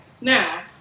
now